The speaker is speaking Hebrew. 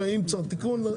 ואם צריך תיקון,